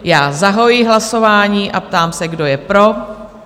Já zahajuji hlasování a ptám se, kdo je pro?